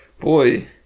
Boy